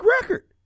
record